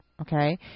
okay